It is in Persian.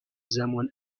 زمان